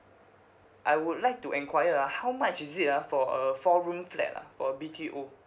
I would like to enquire ah how much is it ah for a four room flat ah for a B_T_O